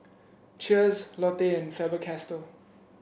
Cheers Lotte and Faber Castell